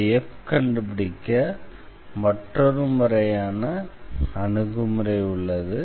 இந்த f கண்டுபிடிக்க மற்றொரு முறையான அணுகுமுறை உள்ளது